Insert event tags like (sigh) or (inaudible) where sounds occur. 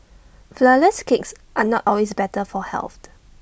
Flourless Cakes are not always better for health (noise)